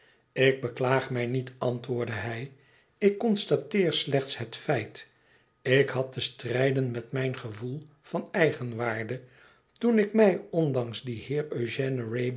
ik beklaag mij niet antwoordde hij ik constateer slechts het feit ik had te strijden met mijn gevoel van eigenwaarde toen ik mij ondanks dien heer